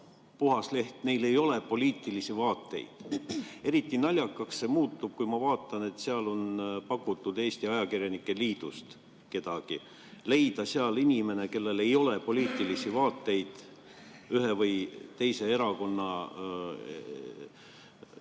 leht, et neil ei ole poliitilisi vaateid. Eriti naljakaks muutub see, kui ma vaatan, et seal on pakutud leida Eesti Ajakirjanike Liidust kedagi. Leida keegi inimene, kellel ei ole poliitilisi vaateid, ühe või teise erakonna ...